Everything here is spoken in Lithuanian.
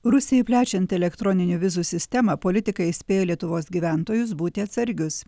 rusijai plečiant elektroninių vizų sistemą politikai įspėjo lietuvos gyventojus būti atsargius